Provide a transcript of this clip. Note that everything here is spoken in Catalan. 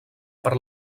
per